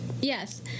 yes